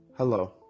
Hello